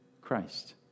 Christ